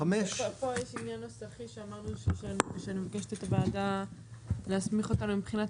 פה יש עניין נוסחי שאמרנו שאני מבקשת את הוועדה להסמיך אותנו מבחינת